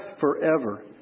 forever